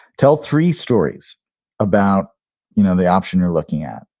tell three stories about you know the option you're looking at.